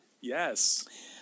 yes